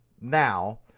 now